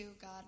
God